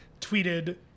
tweeted